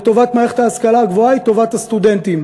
וטובת מערכת ההשכלה הגבוהה היא טובת הסטודנטים.